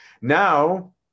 now